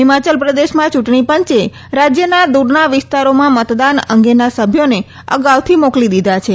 હિમાચલ પ્રદેશમાં ચૂંટણીપંચે રાજ્યના દૂરના વિસ્તારોમાં મતદાન અંગેના સભ્યોને અગાઉથી મોકલી દીધા છે